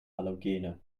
halogene